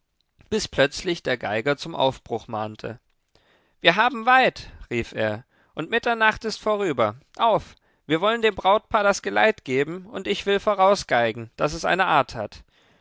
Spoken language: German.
bis plötzlich der geiger zum aufbruch mahnte wir haben weit rief er und mitternacht ist vorüber auf wir wollen dem brautpaar das geleit geben und ich will vorausgeigen daß es eine art hat